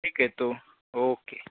ठीक है तो ओके